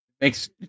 Makes